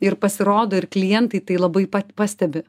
ir pasirodo ir klientai tai labai pastebi